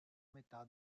metà